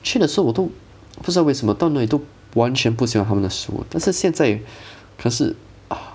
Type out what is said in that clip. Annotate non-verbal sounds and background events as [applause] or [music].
去的时候我都不知道为什么到哪里都完全不喜欢他们的食物但是现在可是 [breath]